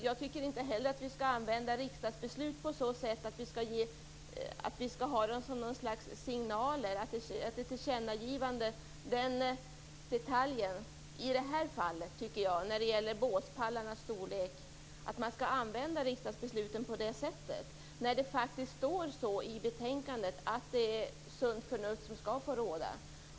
Jag tycker inte heller att vi skall använda riksdagsbeslut som signaler, inte heller i det här fallet med båspallarnas storlek. Man skall inte använda riksdagsbesluten på det sättet, när det står i betänkandet att det är sunt förnuft som skall få råda.